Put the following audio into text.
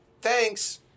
thanks